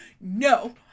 no